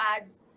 ads